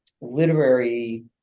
literary